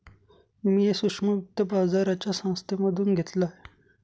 मी हे सूक्ष्म वित्त बाजाराच्या संस्थेमधून घेतलं आहे